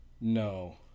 No